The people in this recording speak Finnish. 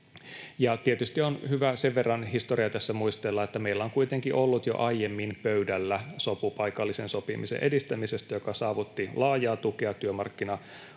Tietysti on hyvä sen verran historiaa tässä muistella, että meillä on kuitenkin ollut jo aiemmin pöydällä sopu paikallisen sopimisen edistämisestä, joka saavutti laajaa tukea työmarkkinaosapuolten